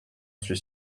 suis